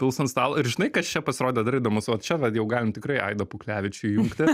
pils ant stalo ir žinai kas čia pasirodė dar įdomus vat čia vat jau galim tikrai aidą puklevičių įjungti